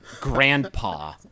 grandpa